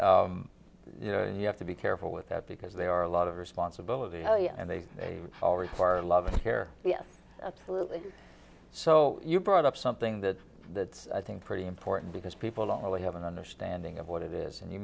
but you know you have to be careful with that because they are a lot of responsibility and they all require loving care yes absolutely so you brought up something that that i think pretty important because people don't really have an understanding of what it is and you